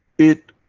it